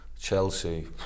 Chelsea